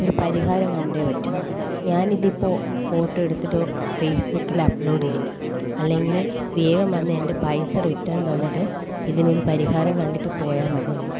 ഒരു പരിഹാരം കണ്ടേ പറ്റൂ ഞാനിതിപ്പോൾ ഫോട്ടോ എടുത്തിട്ട് ഫേസ്ബുക്കിൽ അപ്ലോഡ് ചെയ്യും അല്ലെങ്കിൽ വേഗം വന്ന് എന്റെ പൈസ റിട്ടേൺ തന്നിട്ട് ഇതിന് ഒരു പരിഹാരം കണ്ടിട്ട് പോയാൽ മതി നിങ്ങൾ